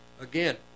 Again